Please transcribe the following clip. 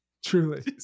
Truly